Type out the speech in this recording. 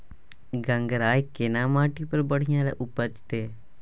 गंगराय केना माटी पर बढ़िया उपजते?